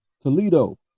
Toledo